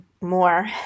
more